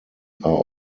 are